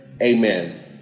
Amen